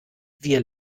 wir